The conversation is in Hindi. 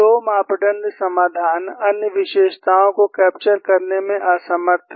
2 मापदण्ड समाधान अन्य विशेषताओं को कैप्चर करने में असमर्थ है